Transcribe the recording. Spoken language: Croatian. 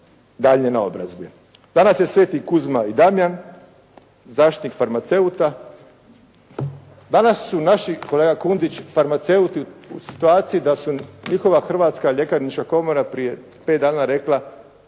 daljnje naobrazbe. Danas je sv. Kuzma i Damjan, zaštitnik farmaceuta. Danas su naši, kolega Kundić farmaceuti u situaciji da su njihova Hrvatska ljekarnička komora prije 5 dana rekla